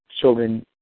children –